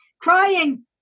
crying